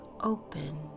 open